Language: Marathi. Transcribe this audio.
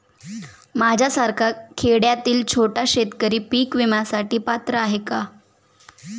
माझ्यासारखा खेड्यातील छोटा शेतकरी पीक विम्यासाठी पात्र आहे का?